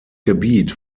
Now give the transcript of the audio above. gebiet